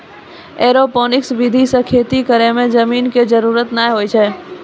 aeroponics विधि सॅ खेती करै मॅ जमीन के जरूरत नाय होय छै